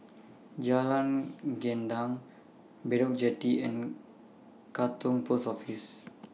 Jalan Gendang Bedok Jetty and Katong Post Office